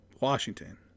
Washington